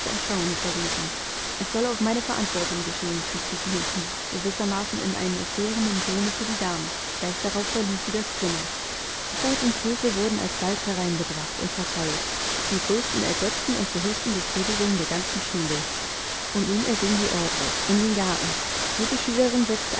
verrieten es soll auf meine verantwortung geschehen fügte sie hinzu gewissermaßen in einem erklärenden tone für die damen gleich darauf verließ sie das zimmer brot und käse wurden alsbald hereingebracht und verteilt zum größten ergötzen und zur höchsten befriedigung der ganzen schule und nun erging die ordre in den garten jede schülerin setzte